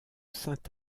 saint